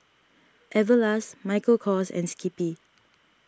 Everlast Michael Kors and Skippy